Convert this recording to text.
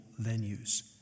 venues